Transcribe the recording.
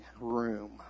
room